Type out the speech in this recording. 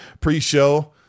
pre-show